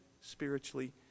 spiritually